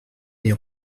est